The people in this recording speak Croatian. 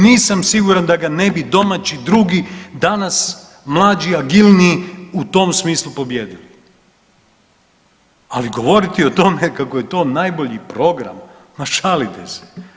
Nisam siguran da ga ne bi domaći, drugi, danas mlađi, agilniji u tom smislu pobijedili, ali govoriti o tome kako je to najbolji program, ma šalite se.